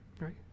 right